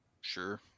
Sure